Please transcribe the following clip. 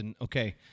Okay